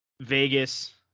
Vegas